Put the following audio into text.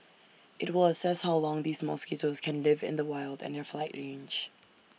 IT will assess how long these mosquitoes can live in the wild and their flight range